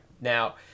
Now